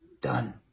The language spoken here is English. Done